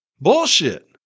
Bullshit